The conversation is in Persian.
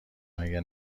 مگه